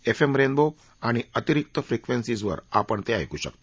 F M rainbow आणि अतिरिक्त फ्रिक्वेन्सीजवर आपण ते ऐकू शकता